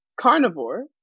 Carnivore